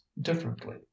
differently